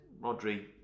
Rodri